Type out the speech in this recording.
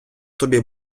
тобі